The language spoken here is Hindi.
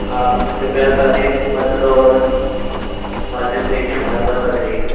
आप कृप्या सारे पत्र और माध्यम लेकर हमारे पास आ जाइये